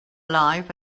life